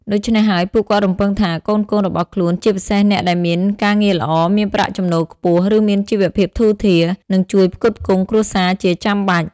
ដូច្នេះហើយ ពួកគាត់រំពឹងថាកូនៗរបស់ខ្លួន ជាពិសេសអ្នកដែលមានការងារល្អ មានប្រាក់ចំណូលខ្ពស់ ឬមានជីវភាពធូរធារ នឹងជួយផ្គត់ផ្គង់គ្រួសារជាចាំបាច់។